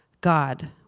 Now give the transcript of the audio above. God